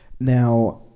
Now